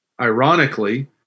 Ironically